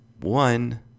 One